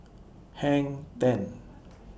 Hang ten